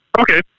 Okay